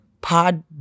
Pod